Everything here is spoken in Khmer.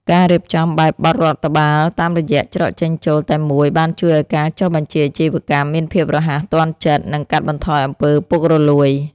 ការរៀបចំបែបបទរដ្ឋបាលតាមរយៈច្រកចេញចូលតែមួយបានជួយឱ្យការចុះបញ្ជីអាជីវកម្មមានភាពរហ័សទាន់ចិត្ត និងកាត់បន្ថយអំពើពុករលួយ។